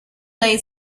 lay